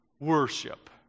worship